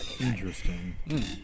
Interesting